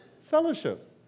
Fellowship